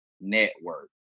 network